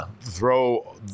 throw